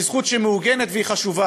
זו זכות שהיא מעוגנת והיא חשובה.